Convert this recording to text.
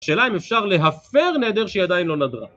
השאלה אם אפשר להפר נדר שהיא עדיין לא נדרה.